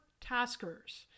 taskers